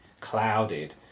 clouded